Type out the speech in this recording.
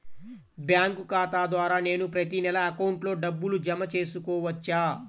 Bank ఖాతా ద్వారా నేను ప్రతి నెల అకౌంట్లో డబ్బులు జమ చేసుకోవచ్చా?